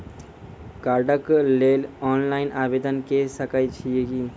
कार्डक लेल ऑनलाइन आवेदन के सकै छियै की?